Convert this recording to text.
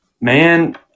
Man